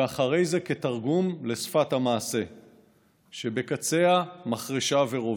ואחרי זה כתרגום לשפת מעשה שבקצהָ מחרשה ורובה.